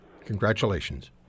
Congratulations